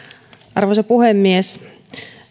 arvoisa puhemies